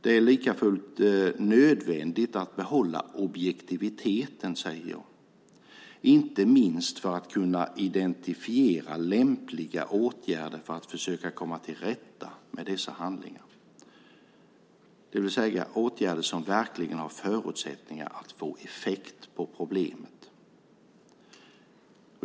Det är likafullt nödvändigt att behålla objektiviteten, säger jag, inte minst för att kunna identifiera lämpliga åtgärder för att försöka komma till rätta med dessa handlingar, det vill säga åtgärder som verkligen har förutsättningar att få effekt på problemet.